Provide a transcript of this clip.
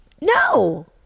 No